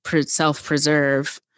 self-preserve